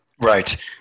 Right